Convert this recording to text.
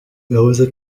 yavuze